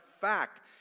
fact